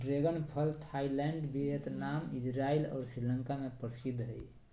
dragon फल Thailand Vietnam, Israel और श्रीलंका में प्रसिद्ध हइ